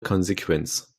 konsequenz